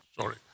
Sorry